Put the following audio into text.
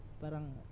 parang